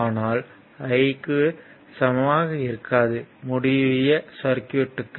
ஆனால் I 0 க்கு சமமாக இருக்காது மூடிய சர்க்யூட்க்கு